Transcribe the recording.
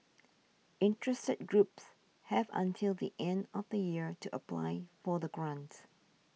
interested groups have until the end of the year to apply for the grant